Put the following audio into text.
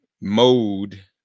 mode